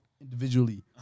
individually